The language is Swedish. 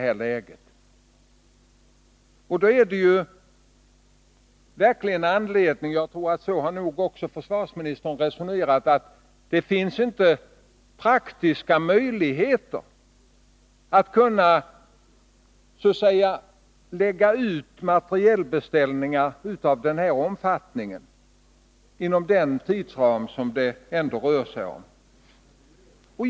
Men det finns inte — så har nog även försvarsministern resonerat — praktiska möjligheter att lägga ut materielbeställningar av denna omfattning inom den tidsram som det här rör sig om.